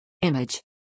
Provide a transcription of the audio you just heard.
Image